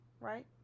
Right